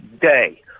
Day